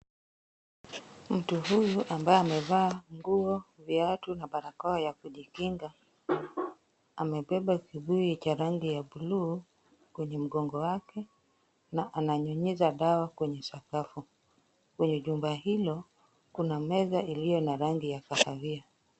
Mtu huyu ambaye amevaa nguo, viatu na barakoa ya kujikinga, amebeba kibuyu cha rangi ya buluu kwenye mgongo wake na ananyunyiza dawa kwenye sakafu. Kwenye jumba hilo, kuna meza iliyo na rangi ya kahawia.